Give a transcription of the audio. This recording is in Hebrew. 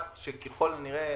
2021